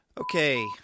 Okay